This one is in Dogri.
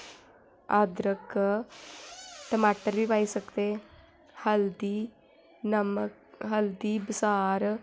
अदरक टमाटर बी पाई सकदे हल्दी नमक हल्दी बसार